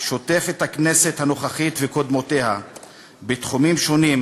שוטף את הכנסת הנוכחית וקודמותיה בתחומים שונים,